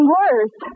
worse